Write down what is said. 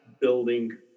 building